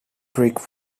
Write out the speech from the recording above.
brick